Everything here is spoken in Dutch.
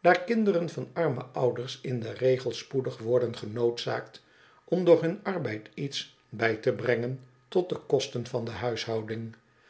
daar kinderen van arme ouders in den regel spoedig worden genoodzaakt om door hun arbeid iets bij te brengen tot de kosten van de huishouding